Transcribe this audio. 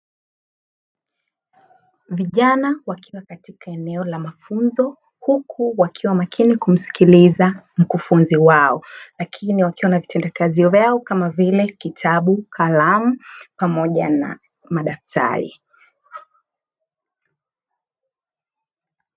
Vijana wakiwa katika eneo la mafunzo, huku wakiwa makini kumsikiliza mkufunzi wao, lakini wakiwa na vitendea kazi vyao, kama vile: kitabu, kalamu pamoja na madaftari.